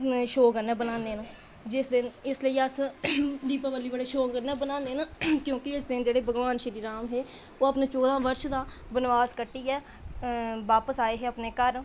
बड़े शौक कन्नै बनाने न जिस दिन इसलेई अस दीपावली बड़े शौक कन्नै मनाने न क्योंकि इस दिन जेह्ड़े भगवान श्रीराम हे ओह् अपने चौदहां वर्ष दा वनवास कट्टियै बापस आये हे अपने घर